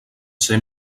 ser